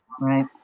right